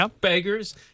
beggars